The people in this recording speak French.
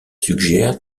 suggère